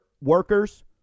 workers